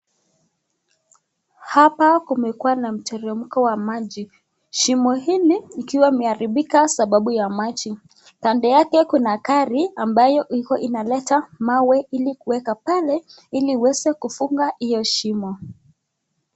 Hapa kumekuwa na mteremko wa maji. Shimo hili ikiwa imeharibika sababu ya maji. Kando yake kuna gari ambayo iko inaleta mawe ili kuweka pale ili iweze kufunga hiyo shimo.